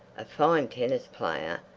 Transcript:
a fine tennis player,